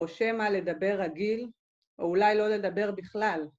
‫או שמה לדבר רגיל, ‫או אולי לא לדבר בכלל.